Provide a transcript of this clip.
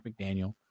McDaniel